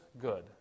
good